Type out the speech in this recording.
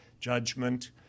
judgment